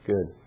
Good